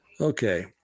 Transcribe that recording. Okay